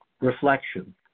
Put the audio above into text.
reflection